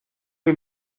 que